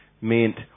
meant